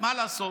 מה לעשות.